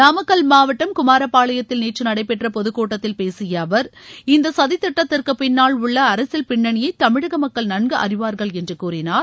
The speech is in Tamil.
நாமக்கல் மாவட்டம் குமாரப்பாளையத்தில் நேற்று நடைபெற்ற பொதுக் கூட்டத்தில் பேசிய அவர் இந்த சதித்திட்டத்திற்கு பின்னால் உள்ள அரசியல் பின்னணியை தமிழக மக்கள் நன்கு அறிவார்கள் என்று கூறினார்